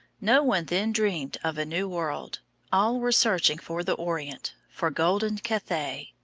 no one then dreamed of a new world all were searching for the orient for golden cathay.